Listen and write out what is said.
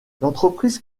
l’entreprise